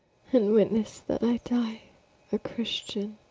and witness that i die a christian!